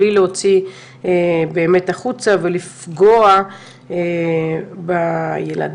בלי להוציא החוצה ולפגוע בילדים,